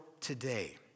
today